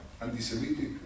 anti-Semitic